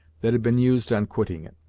that had been used on quitting it.